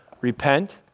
Repent